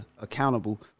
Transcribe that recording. accountable